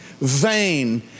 vain